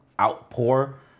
outpour